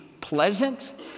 pleasant